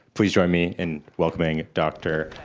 please join me in welcoming dr.